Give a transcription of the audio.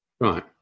right